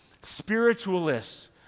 spiritualists